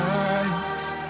eyes